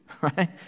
right